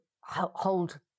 hold